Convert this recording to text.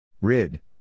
Rid